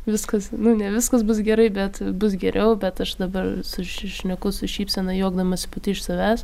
viskas ne viskas bus gerai bet bus geriau bet aš dabar suši šneku su šypsena juokdamasi pati iš savęs